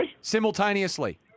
Simultaneously